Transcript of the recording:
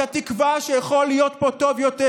את התקווה שיכול להיות פה טוב יותר,